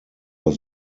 was